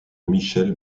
michel